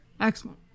Excellent